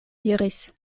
diris